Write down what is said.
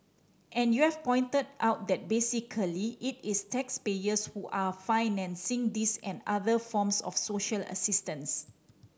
and you have pointed out that basically it is taxpayers who are financing this and other forms of social assistance